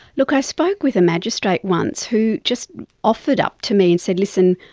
look, i spoke with a magistrate once who just offered up to me and said, listen,